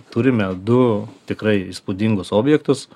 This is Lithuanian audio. turime du tikrai įspūdingus objektus